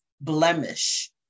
blemish